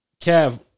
Kev